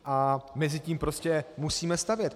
A mezitím prostě musíme stavět.